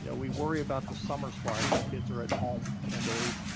you know we worry about the summer slide when kids are at home and they,